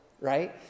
right